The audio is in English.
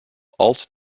alt